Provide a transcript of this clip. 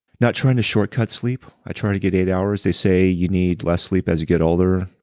not trying to shortcut sleep. i try to get eight hours. they say you need less sleep as you get older.